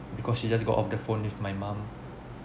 because she just got off the phone with my mum